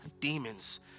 Demons